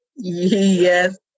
yes